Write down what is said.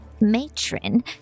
Matron